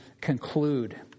conclude